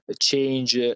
change